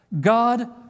God